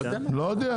לא יודע.